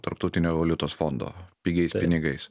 tarptautinio valiutos fondo pigiais pinigais